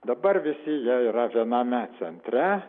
dabar visi jie yra viename centre